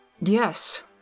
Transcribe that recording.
Yes